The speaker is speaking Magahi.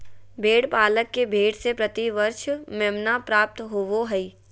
भेड़ पालक के भेड़ से प्रति वर्ष मेमना प्राप्त होबो हइ